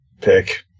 pick